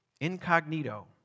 incognito